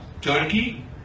Turkey